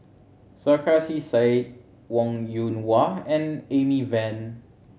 Sarkasi Said Wong Yoon Wah and Amy Van